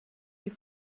die